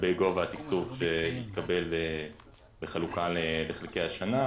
לגבי גובה התקצוב שיתקבל בחלוקה לחלקי השנה.